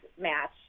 match